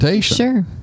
Sure